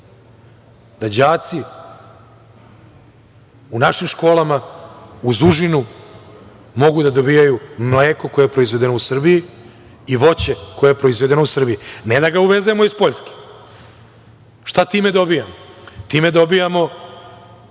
da đaci u našim školama uz užinu mogu da dobijaju mleko koje je proizvedeno u Srbiji i voće koje je proizvedeno u Srbiji. Ne da ga uvezemo iz Poljske. Šta time dobijamo? Time dobijamo